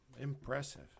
impressive